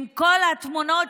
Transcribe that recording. עם התמונות,